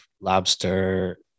lobster